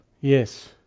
Yes